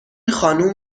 خانم